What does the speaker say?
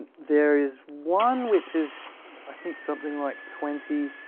there is one which is i think something like twenty